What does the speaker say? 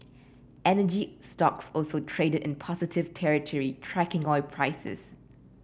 energy stocks also traded in positive territory tracking oil prices